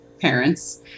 parents